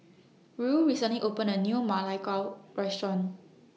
Ruel recently opened A New Ma Lai Gao Restaurant